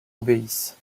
obéissent